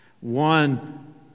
One